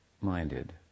minded